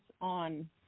on